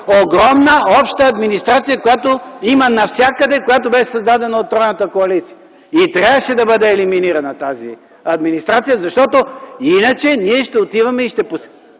огромна обща администрация, която има навсякъде, която беше създадена от тройната коалиция. И трябваше да бъде елиминирана тази администрация, защото иначе ние ще отиваме и ще посягаме